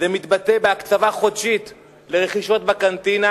זה מתבטא בהקצבה חודשית לרכישות בקנטינה